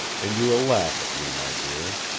and you will laugh at me, my dear.